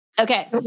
Okay